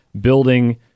building